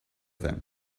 them